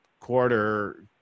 quarter